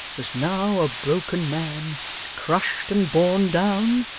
was now a broken man crushed and borne down,